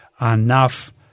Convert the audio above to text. enough